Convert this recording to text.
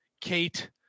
Kate